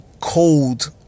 cold